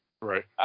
Right